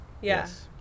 Yes